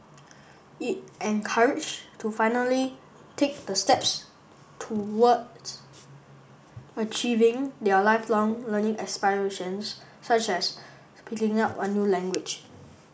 it encouraged to finally take the steps towards achieving their lifelong learning aspirations such as picking up a new language